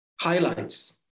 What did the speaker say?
highlights